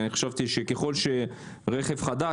אני חשבתי שככל שהרכב חדש,